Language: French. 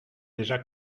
déjà